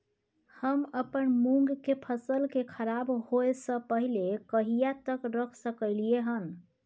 हम अपन मूंग के फसल के खराब होय स पहिले कहिया तक रख सकलिए हन?